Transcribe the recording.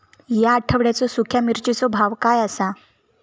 या आठवड्याचो सुख्या मिर्चीचो भाव काय आसा?